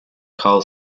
carl